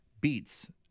beats